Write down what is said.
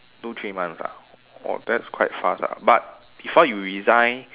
two three months ah oh that's quite fast ah but before you resign